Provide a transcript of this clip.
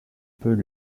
peut